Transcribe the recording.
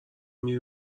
میری